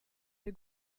der